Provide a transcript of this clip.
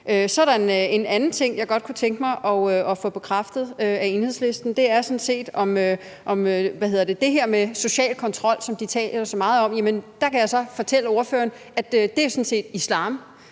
Så er der en anden ting, jeg godt kunne tænke mig at få bekræftet af Enhedslisten, og det handler sådan set om det her med social kontrol, som der tales så meget om. Der kan jeg så fortælle ordføreren, at det jo sådan set er islam.